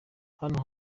hano